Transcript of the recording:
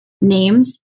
names